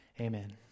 Amen